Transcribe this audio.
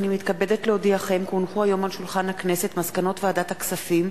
הנני מתכבדת להודיעכם כי הונחו היום על שולחן הכנסת מסקנות ועדת הכספים